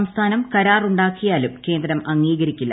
സംസ്ഥാനം കരാറുണ്ടാക്കിയാലും ക്ട്രേന്ദ്രം അംഗീകരിക്കില്ല